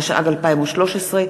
התשע"ג 2013,